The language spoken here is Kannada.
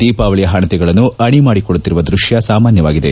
ದೀಪಾವಳಿಯ ಹಣತೆಗಳನ್ನು ಅಣಿ ಮಾಡಿಕೊಳ್ಳುತ್ತಿರುವ ದೃಶ್ಯ ಸಾಮಾನ್ಯವಾಗಿದೆ